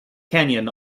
canyon